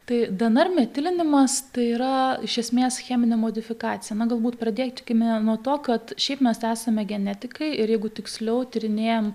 tai dnr metilinimas tai yra iš esmės cheminė modifikacija na galbūt pradėkime nuo to kad šiaip mes esame genetikai ir jeigu tiksliau tyrinėjam